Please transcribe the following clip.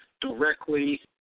directly